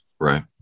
right